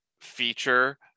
feature